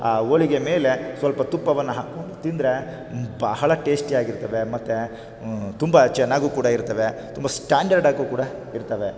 ಆ ಹೋಳಿಗೆ ಮೇಲೆ ಸ್ವಲ್ಪ ತುಪ್ಪವನ್ನು ಹಾಕ್ಕೊಂಡು ತಿಂದರೆ ಬಹಳ ಟೇಸ್ಟಿಯಾಗಿರ್ತವೆ ಮತ್ತು ತುಂಬ ಚೆನ್ನಾಗೂ ಕೂಡ ಇರ್ತವೆ ತುಂಬ ಸ್ಟ್ಯಾಂಡರ್ಡಾಗೂ ಕೂಡ ಇರ್ತವೆ